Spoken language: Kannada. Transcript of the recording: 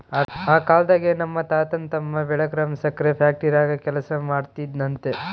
ಆ ಕಾಲ್ದಾಗೆ ನಮ್ ತಾತನ್ ತಮ್ಮ ಬೆಳಗಾಂ ಸಕ್ರೆ ಫ್ಯಾಕ್ಟರಾಗ ಕೆಲಸ ಮಾಡ್ತಿದ್ನಂತೆ